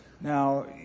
Now